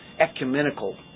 ecumenical